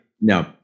no